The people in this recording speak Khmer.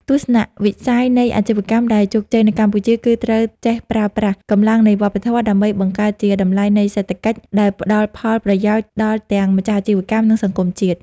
ទស្សនវិស័យនៃអាជីវកម្មដែលជោគជ័យនៅកម្ពុជា គឺត្រូវចេះប្រើប្រាស់ "កម្លាំងនៃវប្បធម៌" ដើម្បីបង្កើតជា "តម្លៃនៃសេដ្ឋកិច្ច" ដែលផ្តល់ផលប្រយោជន៍ដល់ទាំងម្ចាស់អាជីវកម្ម និងសង្គមជាតិ។